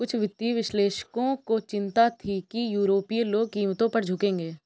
कुछ वित्तीय विश्लेषकों को चिंता थी कि यूरोपीय लोग कीमतों पर झुकेंगे